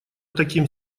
таким